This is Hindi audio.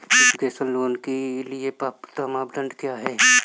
एजुकेशन लोंन के लिए पात्रता मानदंड क्या है?